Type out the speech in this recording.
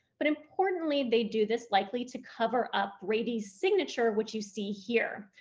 but importantly they do this likely to cover up brady's signature which you see here,